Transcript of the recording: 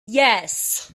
yes